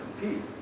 compete